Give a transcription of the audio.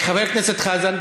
מה אתה מציע?